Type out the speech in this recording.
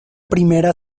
primera